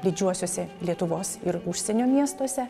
didžiuosiuose lietuvos ir užsienio miestuose